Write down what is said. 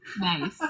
Nice